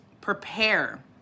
prepare